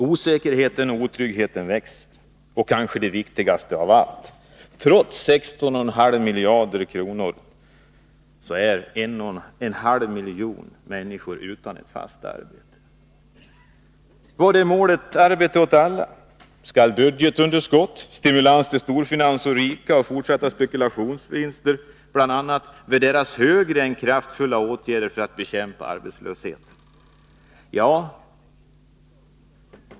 Osäkerheten och otryggheten växer. Men det kanske viktigaste av allt är att en halv miljon människor är utan fast arbete, trots dessa 16,5 miljarder kronor. Var är målet arbete åt alla? Skall budgetunderskott, stimulans till storfinans och rika och fortsatta spekulationsvinster värderas högre än kraftfulla åtgärder för att bekämpa arbetslösheten?